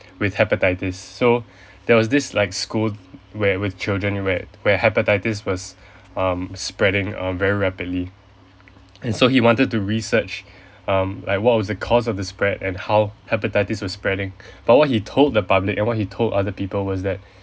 with hepatitis so there was this like school where with children where where hepatitis was um spreading uh very rapidly so he wanted to research um like what was the cause of this spread and how hepatitis was spreading but what he told the public and what he told other people was that